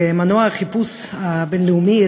מנוע החיפוש הבין-לאומי,